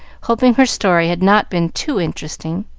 hoping her story had not been too interesting.